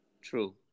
True